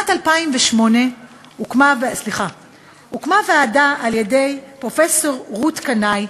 הוקמה ועדה בראשות פרופסור רות קנאי,